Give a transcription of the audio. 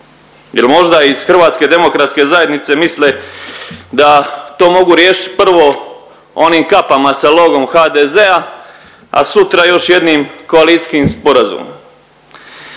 jer možda iz HDZ-a misle da to mogu riješit prvo onim kapama sa logom HDZ-a, a sutra još jednim koalicijskim sporazumom.